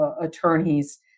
attorneys